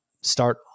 start